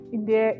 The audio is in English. India